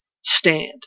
stand